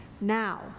now